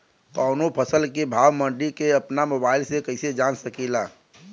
कवनो फसल के भाव मंडी के अपना मोबाइल से कइसे जान सकीला?